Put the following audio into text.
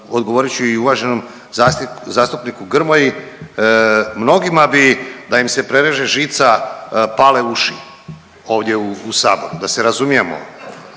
Odgovorit ću i uvaženom zastupniku Grmoji, mnogima bi da im se prereže žica pale uši ovdje u Saboru da se razumijemo,